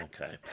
Okay